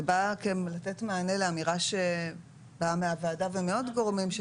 זה בא לתת מענה לאמירה שבאה מהוועדה ומעוד גורמים על